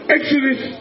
Exodus